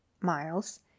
Miles